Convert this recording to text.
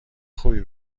خوبی